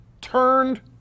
turned